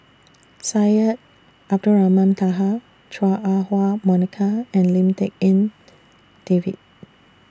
Syed Abdulrahman Taha Chua Ah Huwa Monica and Lim Tik En David